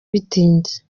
bitinze